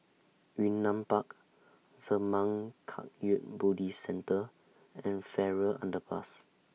Yunnan Park Zurmang Kagyud Buddhist Centre and Farrer Underpass